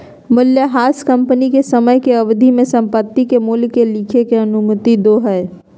मूल्यह्रास कंपनी के समय के अवधि में संपत्ति के मूल्य के लिखे के अनुमति दो हइ